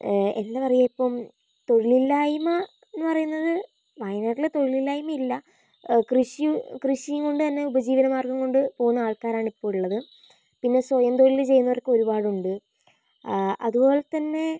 എന്താ പറയുക ഇപ്പം തൊഴിലില്ലായ്മ എന്നുപറയുന്നത് വയനാട്ടില് തൊഴിലില്ലായ്മ ഇല്ല കൃഷിയും കൃഷിയും കൊണ്ട് തന്നെ ഉപജീവനമാർഗ്ഗം കൊണ്ട് പോവുന്ന ആൾക്കാരാണ് ഇപ്പം ഉള്ളത് പിന്നെ സ്വയംതൊഴില് ചെയ്യുന്നവരൊക്കെ ഒരുപാടുണ്ട് അതുപോലെത്തന്നെ